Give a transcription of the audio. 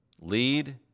lead